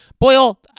Boyle